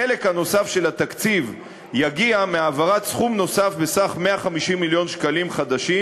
החלק הנוסף של התקציב יגיע מהעברת סכום נוסף בסך 150 מיליון שקלים חדשים